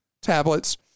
tablets